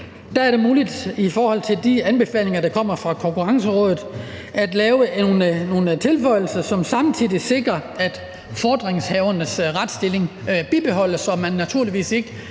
Der er det muligt i forhold til de anbefalinger, der kommer fra Konkurrencerådet, at lave nogle tilføjelser, som samtidig sikrer, at fordringshavernes retsstilling bibeholdes, og at man naturligvis ikke